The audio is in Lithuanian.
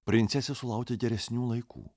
princesė sulaukė geresnių laikų